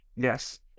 Yes